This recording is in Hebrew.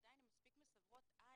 עדיין הם מספיק מסברים עין